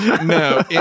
no